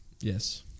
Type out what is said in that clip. Yes